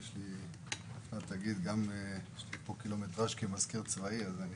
יש לי קילומטראז' גם כמזכיר צבאי ואני